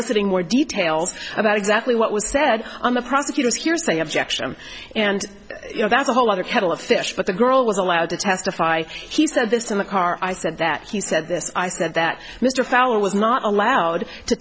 eliciting more details about exactly what was said on the prosecutor's hearsay objection and you know that's a whole other kettle of fish but the girl was allowed to testify he said this in the car i said that he said this i said that mr fowler was not allowed to